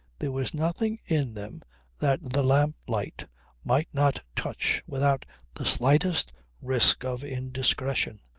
there was nothing in them that the lamplight might not touch without the slightest risk of indiscretion.